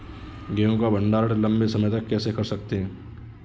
गेहूँ का भण्डारण लंबे समय तक कैसे कर सकते हैं?